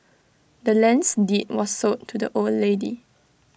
the land's deed was sold to the old lady